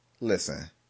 Listen